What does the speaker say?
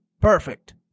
Perfect